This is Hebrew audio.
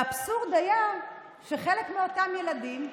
והאבסורד היה שחלק מאותם ילדים,